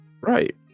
Right